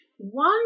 One